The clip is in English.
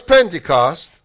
Pentecost